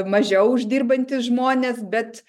mažiau uždirbantys žmonės bet